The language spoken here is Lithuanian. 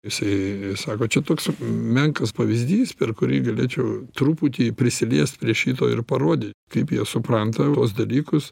jisai sako čia toks menkas pavyzdys per kurį galėčiau truputį prisiliest prie šito ir parodyt kaip jie supranta tuos dalykus